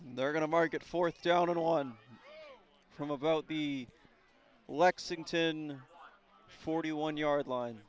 they're going to market fourth down on from about the lexington forty one yard line